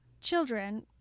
children